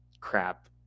crap